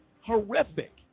horrific